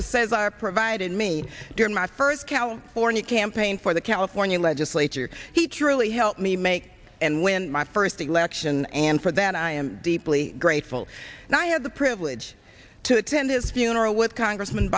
this says are provided me during my first california campaign for the california legislature he truly helped me make and when my first election and for that i am deeply grateful and i had the privilege to attend his funeral with congressman